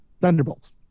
Thunderbolts